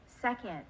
Second